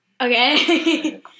Okay